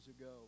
ago